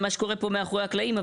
מה שקורה פה מאחורי הקלעים.